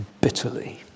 bitterly